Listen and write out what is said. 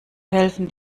helfen